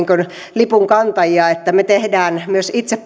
lipunkantajia että me teemme myös itse